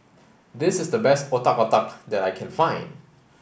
this is the best Otak Otak that I can find